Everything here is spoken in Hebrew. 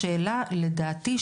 לדעתי,